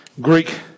Greek